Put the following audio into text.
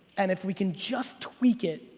and if we can just tweak it,